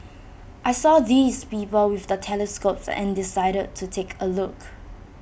I saw these people with the telescopes and decided to take A look